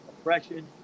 oppression